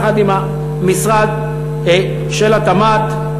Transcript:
יחד עם משרד התמ"ת,